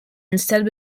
instead